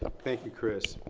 thank you, chris.